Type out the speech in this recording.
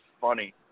funny